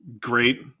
Great